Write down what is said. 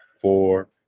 four